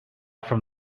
from